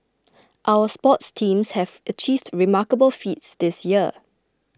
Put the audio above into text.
our sports teams have achieved remarkable feats this year